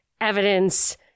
evidence